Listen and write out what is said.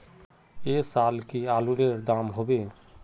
ऐ साल की आलूर र दाम होबे?